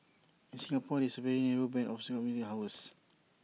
in Singapore there is A very narrow Band of commuting hours